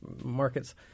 markets